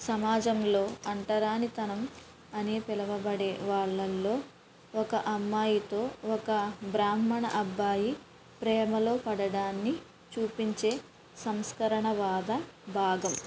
సమాజంలో అంటరానితనం అని పిలువబడే వాళ్ళలో ఒక అమ్మాయితో ఒక బ్రాహ్మణ అబ్బాయి ప్రేమలో పడడాన్ని చూపించే సంస్కరణవాద భాగం